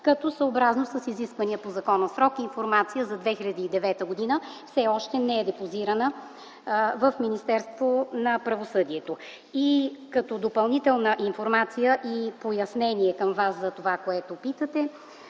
като съобразно с изисквания срок по закона информация за 2009 г. все още не е депозирана в Министерството на правосъдието. Като допълнителна информация и пояснение към Вас за това, което описвате,